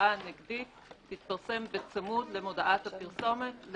שהמודעה הנגדית תתפרסם בצמוד להודעת הפרסומת.